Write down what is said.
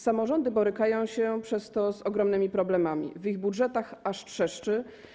Samorządy borykają się przez to z ogromnymi problemami, w ich budżetach aż trzeszczy.